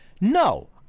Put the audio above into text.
No